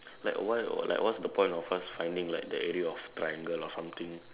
like why like what is the point of us finding like the area of triangle or something